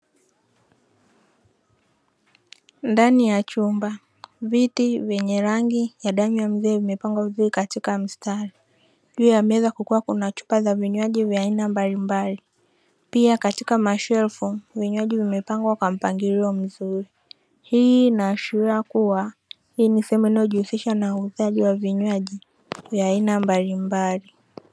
Ndani ya chumba, viti vyenye rangi ya damu ya mzee vimepangwa vizuri katika mstari. Juu ya meza kukiwa kuna chupa za vinywaji vya aina mbalimbali, pia katika mashelfu vinywaji vimepangwa kwa mpangilio mzuri. Hii inaashiria kuwa hii ni sehemu inayojihusisha na uuzaji wa vinywaji vya aina mbalimbali.